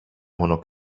μόνο